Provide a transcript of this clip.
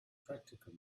practical